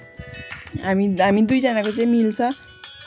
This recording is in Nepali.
हामी दुईजनाको चाहिँ मिल्छ